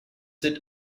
sit